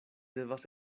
devas